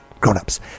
grown-ups